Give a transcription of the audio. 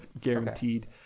guaranteed